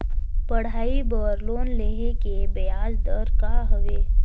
पढ़ाई बर लोन लेहे के ब्याज दर का हवे?